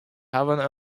hawwe